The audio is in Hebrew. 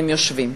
הם יושבים.